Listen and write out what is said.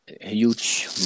huge